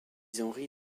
henri